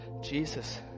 Jesus